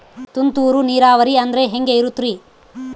ತುಂತುರು ನೇರಾವರಿ ಅಂದ್ರೆ ಹೆಂಗೆ ಇರುತ್ತರಿ?